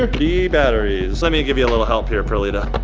ah d batteries. let me give you a little help here, perlita.